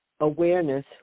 awareness